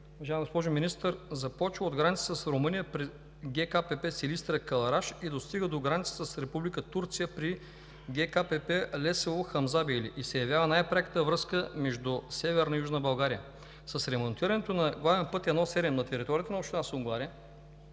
уважаема госпожо Министър, пътят започва от границата с Румъния при ГКПП Силистра – Кълъраш, и достига до границата с Република Турция при ГКПП Лесово – Хамзабейли, и се явява най-пряката връзка между Северна и Южна България. С ремонтирането на главен път 1-7 на територията на община Сунгурларе